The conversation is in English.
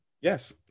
yes